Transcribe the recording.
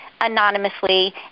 anonymously